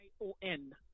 I-O-N